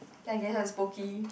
then I guess yours is Pocky